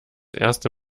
erste